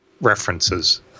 references